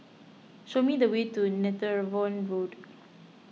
show me the way to Netheravon Road